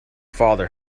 father